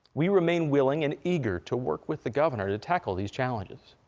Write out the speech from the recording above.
we remain willing and eager to work with the governor to tackle these challenges.